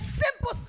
simple